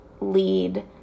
lead